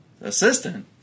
Assistant